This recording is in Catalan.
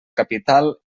capital